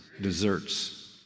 deserts